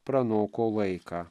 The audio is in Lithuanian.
pranoko laiką